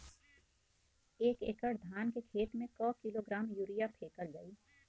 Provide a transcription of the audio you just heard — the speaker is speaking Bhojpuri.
एक एकड़ धान के खेत में क किलोग्राम यूरिया फैकल जाई?